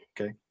Okay